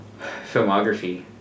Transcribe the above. filmography